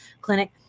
clinic